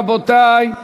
רבותי?